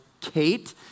Kate